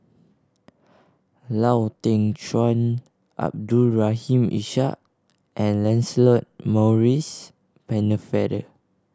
Lau Teng Chuan Abdul Rahim Ishak and Lancelot Maurice Pennefather